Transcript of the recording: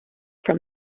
from